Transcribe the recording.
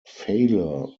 failure